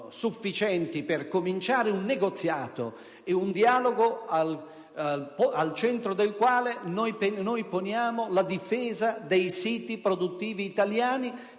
sufficienti per iniziare un negoziato, un dialogo, al centro del quale poniamo la difesa dei siti produttivi italiani,